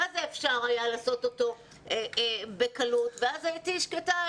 אפשר היה לעשות אותו בקלות ואז הייתי שקטה,